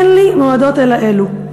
אין לי מועדות אלא אלו".